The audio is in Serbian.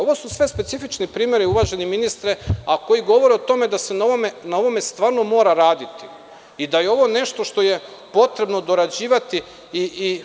Ovo su sve specifični primeri, uvaženi ministre, koji govore o tome da se na ovome stvarno mora raditi i da je ovo nešto što je potrebno dorađivati.